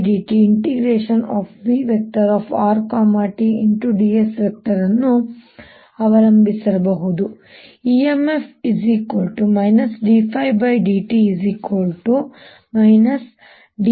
ds ಅನ್ನು ಅವಲಂಬಿಸಿರಬಹುದು